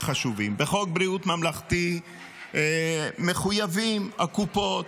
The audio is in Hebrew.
החשובים: בחוק בריאות ממלכתי מחויבות הקופות